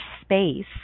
space